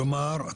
כלומר,